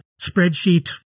spreadsheet